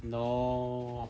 no